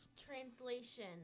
Translation